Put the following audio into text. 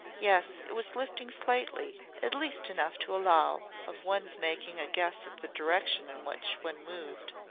yes, it was lifting slightly at least enough to allow of one's making a guess at the direction in which one moved.